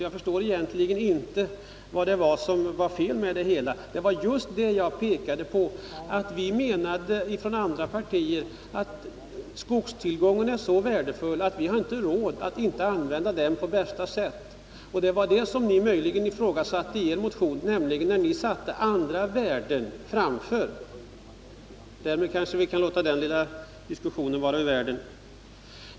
Jag förstår därför inte vad som var fel. Jag pekade på att vi från övriga partier ansåg skogen så värdefull att vi inte hade råd att inte använda den på bästa 135 sätt. Det var det som ni möjligen ifrågasatte i er motion, nämligen när ni satte andra värden före. Därmed kanske vi kan låta den lilla diskussionen vara ur världen.